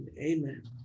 Amen